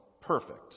perfect